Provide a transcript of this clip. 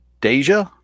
Deja